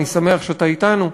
אני שמח שאתה אתנו,